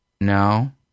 no